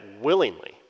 willingly